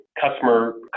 customer